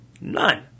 None